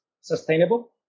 sustainable